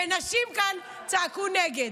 ונשים כאן צעקו נגד,